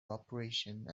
operation